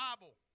Bible